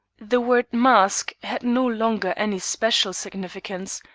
the word mask had no longer any special significance,